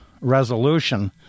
resolution